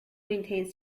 maintains